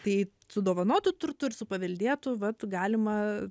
tai su dovanotu turtu ir su paveldėtu vat galima